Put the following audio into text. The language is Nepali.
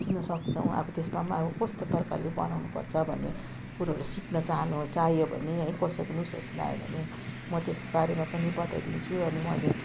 किन सक्छौँ त्यसमा पनि अब कस्तो तरिकाले बनाउनु पर्छ भन्ने कुरोहरू सिक्न चाहनु चाहियो भने है कसै पनि सोध्न आयो भने म त्यस बारेमा पनि बताइदिन्छु अनि मैले